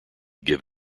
give